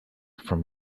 from